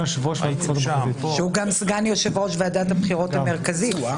הוא גם סגן יושב-ראש ועדת הבחירות המרכזית.